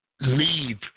leave